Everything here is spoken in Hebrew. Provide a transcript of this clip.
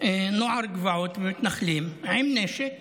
נוער גבעות ומתנחלים עם נשק